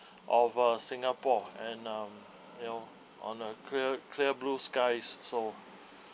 of uh singapore and um you know on a clear clear blue skies so